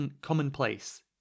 commonplace